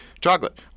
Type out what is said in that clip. Chocolate